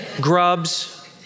grubs